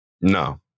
No